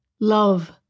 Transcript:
love